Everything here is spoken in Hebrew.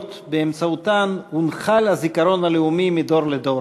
שבאמצעותן הונחל הזיכרון הלאומי מדור לדור.